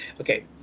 Okay